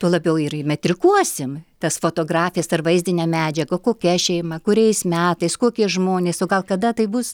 tuo labiau ir įmetrikuosim tas fotografijas ar vaizdinę medžiagą kokia šeima kuriais metais kokie žmonės o gal kada tai bus